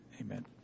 amen